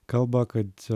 kalba kad